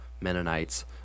Mennonites